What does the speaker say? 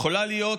היא יכולה להיות,